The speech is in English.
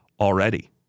already